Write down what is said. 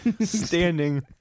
standing